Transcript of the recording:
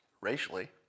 racially